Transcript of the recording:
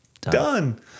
Done